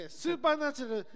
supernatural